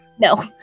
No